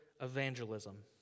evangelism